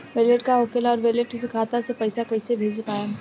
Wallet का होखेला और वैलेट से खाता मे पईसा कइसे भेज पाएम?